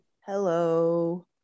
Hello